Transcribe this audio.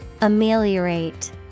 ameliorate